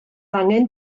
angen